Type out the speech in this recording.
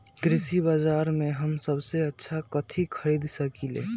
कृषि बाजर में हम सबसे अच्छा कथि खरीद सकींले?